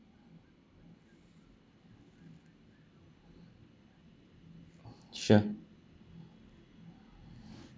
sure